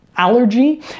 allergy